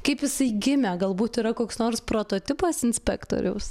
kaip jisai gimė galbūt yra koks nors prototipas inspektoriaus